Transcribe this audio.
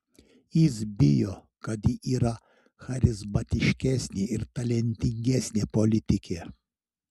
jis bijo kad ji yra charizmatiškesnė ir talentingesnė politikė